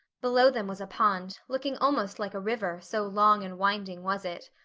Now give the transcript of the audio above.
below them was a pond, looking almost like a river so long and winding was it.